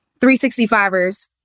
365ers